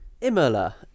Imola